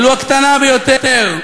ולו הקטנה ביותר,